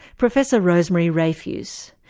professor rosemary rayfuse.